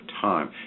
time